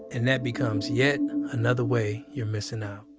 and that becomes yet another way you're missing out